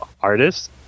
artists